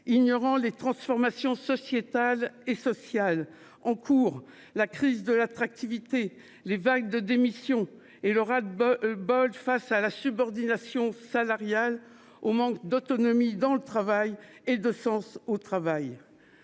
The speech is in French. ignorant les transformations sociétales et sociales en cours, la crise de l'attractivité, les vagues de démissions et le ras-le-bol face à la subordination salariale, au manque d'autonomie et de sens au travail.